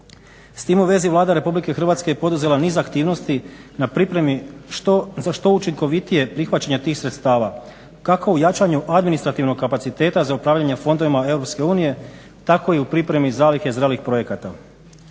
S tim u vezi Vlada Republike Hrvatske je poduzela niz aktivnosti na pripremi za što učinkovitije prihvaćanje tih sredstava kako u jačanju administrativnog kapaciteta za upravljanje fondovima EU tako i u pripremi zalihe zrelih projekata.